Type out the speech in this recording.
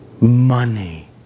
money